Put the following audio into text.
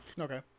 Okay